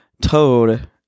Toad